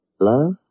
Love